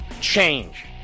change